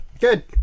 Good